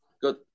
Good